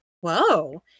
Whoa